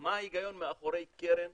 מה ההיגיון מאחורי קרן